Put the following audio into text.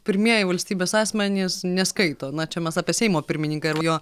pirmieji valstybės asmenys neskaito na čia mes apie seimo pirmininką ir jo